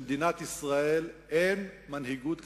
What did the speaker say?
למדינת ישראל אין מנהיגות כלכלית,